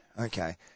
Okay